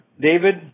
David